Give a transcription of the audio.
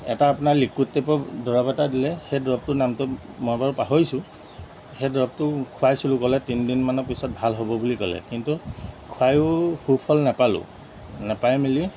এটা আপোনাৰ লিকুইড টাইপৰ দৰব এটা দিলে সেই দৰবটোৰ নামটো মই বাৰু পাহৰিছোঁ সেই দৰবটো খুৱাইছিলোঁ ক'লে তিনিদিনমানৰ পিছত ভাল হ'ব বুলি ক'লে কিন্তু খুৱায়ো সুফল নাপালোঁ নাপাই মেলি